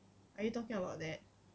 are you talking about that